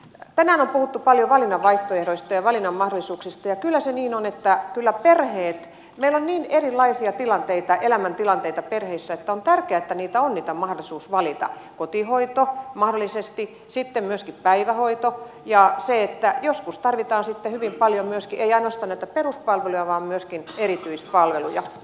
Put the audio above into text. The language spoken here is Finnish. tänään on puhuttu paljon valinnan vaihtoehdoista ja valinnanmahdollisuuksista ja kyllä se niin on että meillä on niin erilaisia tilanteita elämäntilanteita perheissä että on tärkeää että on mahdollisuus valita kotihoito mahdollisesti sitten myöskin päivähoito ja joskus tarvitaan hyvin paljon myöskin ei ainoastaan näitä peruspalveluja vaan myöskin erityispalveluja